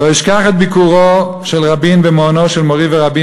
לא אשכח את ביקורו של רבין במעונו של מורי ורבי,